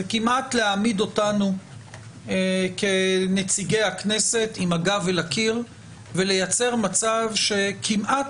זה כמעט להעמיד אותנו כנציגי הכנסת עם הגב אל הקיר ולייצר מצב שכמעט